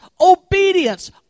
obedience